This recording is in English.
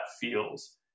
feels